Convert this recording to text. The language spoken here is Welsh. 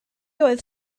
oedd